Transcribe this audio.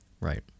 Right